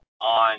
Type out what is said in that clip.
on